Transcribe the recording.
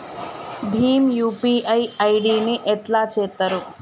Bhim UPI ID ని ఎట్లా చేత్తరు?